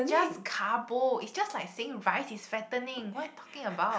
just carbo it's just like saying rice is fattening what are you talking about